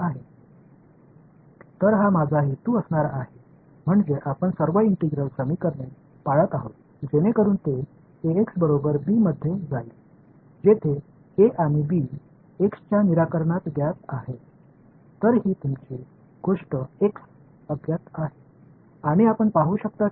எனவே இது அனைத்து ஒருங்கிணைந்த சமன்பாடுகளுக்கும் நாம் பின்பற்றும் அணுகுமுறையை எப்படியாவது Ax பெறுவது b க்கு சமம் அங்கு A மற்றும் b ஆகியவை x க்கு தீர்வு என்று அறியப்படுகின்றன